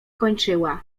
kończyła